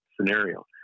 scenario